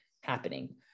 happening